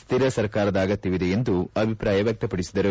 ಸ್ವಿರ ಸರ್ಕಾರದ ಅಗತ್ಯವಿದೆ ಎಂದು ಅಭಿಪ್ರಾಯ ವ್ಯಕ್ತಪಡಿಸಿದರು